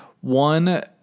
One